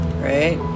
right